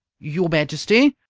your majesty?